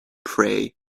pray